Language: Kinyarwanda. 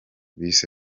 bise